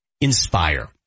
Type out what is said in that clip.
Inspire